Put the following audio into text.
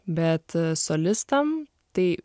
bet solistam tai